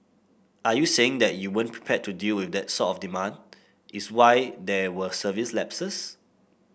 are you saying that you weren't prepared to deal with that sort of demand is why there were service lapses